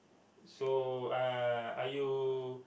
so are are you